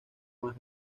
más